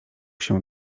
się